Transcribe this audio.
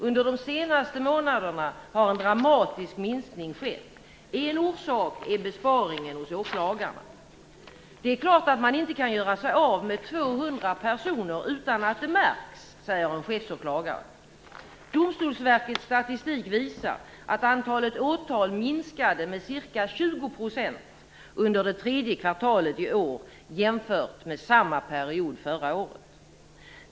Under de senaste månaderna har en dramatisk minskning skett. En orsak är besparingen hos åklagarna. 'Det är klart att man inte kan göra sig av med 200 personer utan att det märks,' säger en chefsåklagare." Domstolsverkets statistik visar att antalet åtal under det tredje kvartalet i år var 20 % mindre än under samma period förra året.